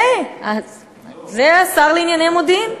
וזה השר לענייני מודיעין.